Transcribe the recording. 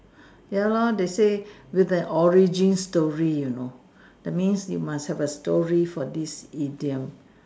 ya lor they say with an origin story you know that means you must have story for this idiom